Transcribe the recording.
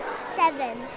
Seven